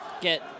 get